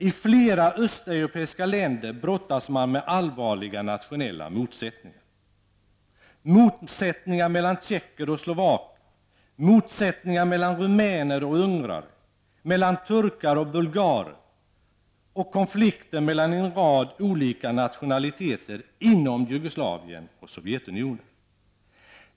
I flera östeuropeiska länder brottas man med allvarliga nationella motsättningar, motsättningar mellan tjecker och slovacker, motsättningar mellan rumäner och ungrare, mellan turkar och bulgarer och konflikter mellan en rad olika nationaliteter inom Jugoslavien och Sovjetunionen.